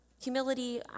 Humility